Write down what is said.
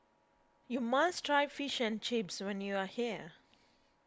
you must try Fish and Chips when you are here